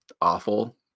awful